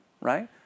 right